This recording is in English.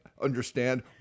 understand